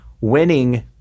winning